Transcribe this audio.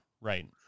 right